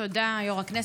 תודה, יו"ר הכנסת.